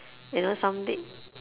you know some they